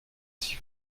sie